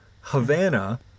Havana